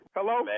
Hello